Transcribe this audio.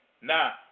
Now